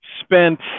spent